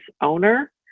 owner